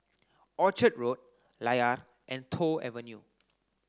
Orchard Road Layar and Toh Avenue